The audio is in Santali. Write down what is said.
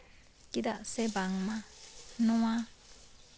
ᱪᱮᱫᱟᱜ ᱥᱮ ᱵᱟᱝᱢᱟ ᱱᱚᱣᱟ